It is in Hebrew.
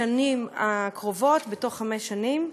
בשנים הקרובות, בתוך חמש שנים,